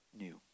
new